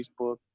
Facebook